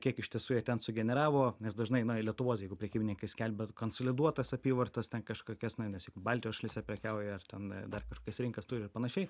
kiek iš tiesų jie ten sugeneravo nes dažnai na ir lietuvos jeigu prekybininkai skelbia konsoliduotas apyvartas ten kažkokias na nes jeigu baltijos šalyse prekiauja ar ten dar kažkokias rinkas turi ir panašiai